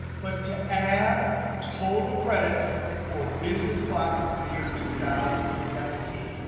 but to add total credits for business classes in the year two thousand and seventeen.